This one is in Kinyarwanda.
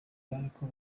bariko